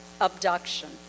abduction